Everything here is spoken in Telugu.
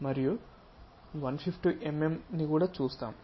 మరియు మనము 152 mm ని కూడా చూస్తాం